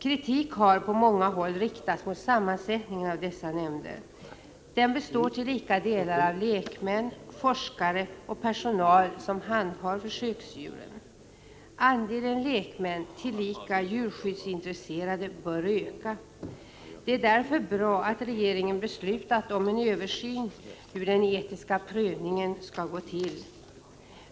Kritik har på många håll riktats mot sammansättningen av dessa nämnder. De består till lika delar av lekmän, forskare och personal som handhar försöksdjuren. Andelen lekmän som tillika är djurskyddsintresserade bör öka. Det är därför bra att regeringen beslutat om en översyn av hur den etiska prövningen skall gå till.